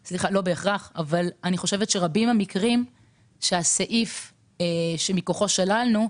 רבים המקרים שהסעיף שמכוחו שללנו,